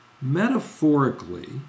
Metaphorically